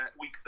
week